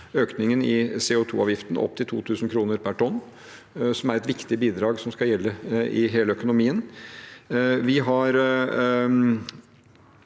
økningen i CO2-avgiften opp til 2 000 kr per tonn, noe som er et viktig bidrag som skal gjelde i hele økonomien.